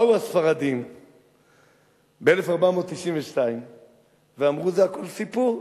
באו הספרדים ב-1492 ואמרו: זה הכול סיפור.